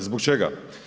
Zbog čega?